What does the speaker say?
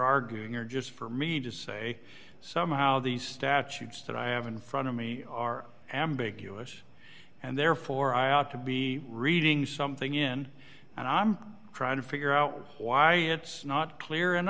arguing here just for me just say somehow these statutes that i have in front of me are ambiguous and therefore i ought to be reading something in and i'm trying to figure out why it's not clear and